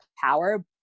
power